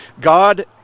God